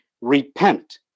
repent